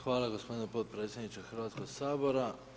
Hvala gospodine potpredsjedniče Hrvatskog sabora.